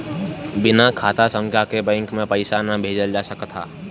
बिना खाता संख्या के बैंक के पईसा ना भेजल जा सकत हअ